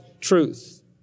truth